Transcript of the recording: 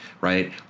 right